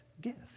gift